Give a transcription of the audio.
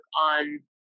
on